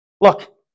Look